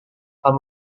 pak